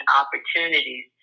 opportunities